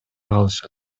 калышат